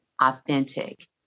authentic